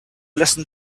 listen